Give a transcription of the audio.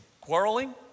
quarreling